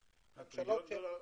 שונים.